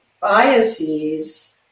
biases